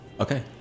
Okay